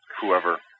whoever